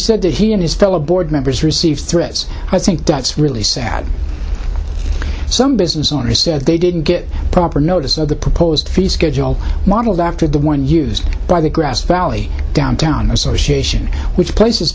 said that he and his fellow board members received threats i think that's really sad some business owners said they didn't get proper notice of the proposed fee schedule modeled after the one used by the grass valley downtown association which places